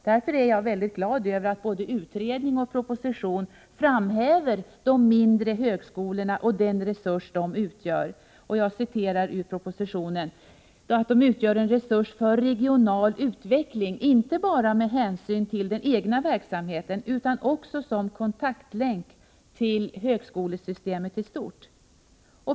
Jag är därför mycket glad över att både utredning och proposition framhäver de mindre högskolorna och den resurs de utgör — som det heter i propositionen — ”för regional utveckling inte bara med hänsyn till den egna verksamheten, utan också som kontaktlänk till högskolesystemet i stort”.